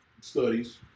studies